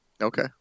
Okay